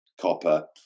copper